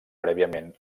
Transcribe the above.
prèviament